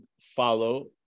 follow